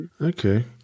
Okay